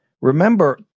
Remember